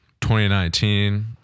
2019